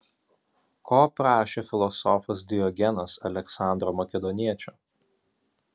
ko prašė filosofas diogenas aleksandro makedoniečio